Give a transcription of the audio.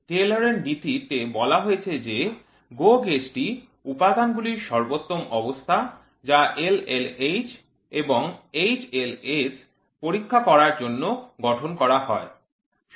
টেলরের নীতি Taylor's principle তে বলা হয়েছে যে GO gauge টি উপাদানগুলির সর্বোত্তম অবস্থা যা LLH এবং HLS পরীক্ষা করার জন্য গঠন করা হয়